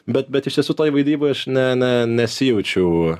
bet bet iš tiesų toj vaidyboj aš ne ne nesijaučiau